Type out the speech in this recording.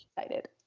excited